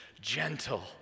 gentle